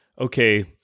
okay